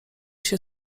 się